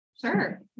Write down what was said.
Sure